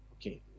Okay